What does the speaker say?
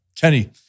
Kenny